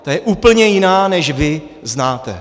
Ta je úplně jiná, než vy znáte.